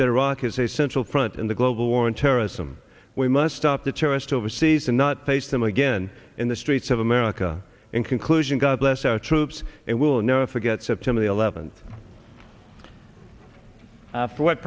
that iraq is a central front in the global war on terrorism we must stop the terrorist overseas and not place them again in the streets of america in conclusion god bless our troops and we'll never forget september the eleventh after what